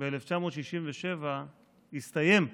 ב-1967 הסתיים,